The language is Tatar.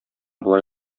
болай